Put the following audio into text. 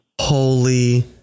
Holy